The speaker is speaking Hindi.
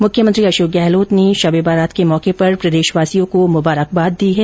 मुख्यमंत्री अशोक गहलोत ने शब ए बारात के मौके पर प्रदेशवासियों को मुबारकबाद दी है